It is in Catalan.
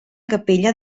capella